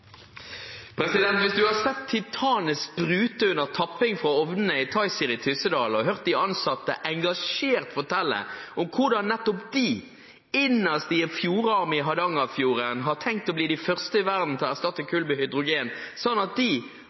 Hvis man har sett titanet sprute under tapping fra ovnene til TiZir i Tyssedal og hørt de ansatte engasjert fortelle om hvordan nettopp de, innerst i en fjordarm i Hardangerfjorden, har tenkt å bli de første i verden til å erstatte kull med hydrogen, sånn at de,